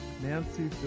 Nancy